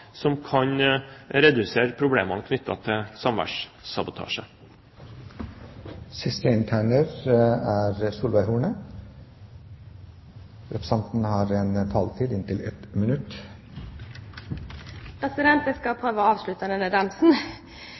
som kan redusere problemene knyttet til samværssabotasje. Representanten Horne har hatt ordet to ganger tidligere og får ordet til en kort merknad, begrenset til 1 minutt. Jeg skal prøve å avslutte denne dansen!